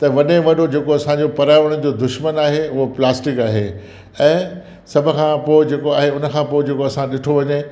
त वॾे में वॾो जेको असांजो पर्यावरण जो दुशमन आहे उहो प्लास्टिक आहे ऐं सभु खां पोइ जेको आहे उन खां पोइ जेको असांजो ॾिठो वञे